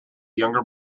younger